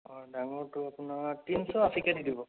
হয় ডাঙৰটো আপোনাৰ তিনিশ আশীকে দি দিব